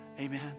Amen